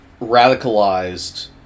radicalized